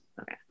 okay